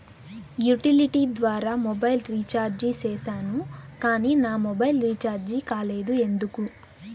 Utility ద్వారా mobile recharge సేసాను కానీ నా మొబైల్ రీచార్జి కాలేదు ఎందుకు?